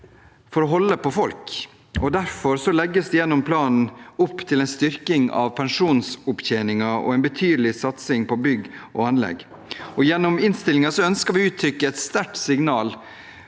for å holde på folk. Derfor legges det i planen opp til en styrking av pensjonsopptjeningen og en betydelig satsing på bygg og anlegg. Gjennom innstillingen ønsker vi å uttrykke et sterkt signal,